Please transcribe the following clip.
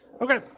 Okay